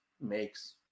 makes